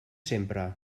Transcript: sempre